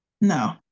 no